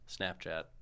Snapchat